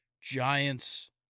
Giants